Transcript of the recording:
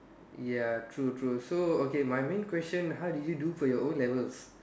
ya true true so okay my main question how did you do for your O-levels